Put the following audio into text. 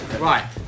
Right